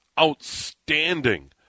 outstanding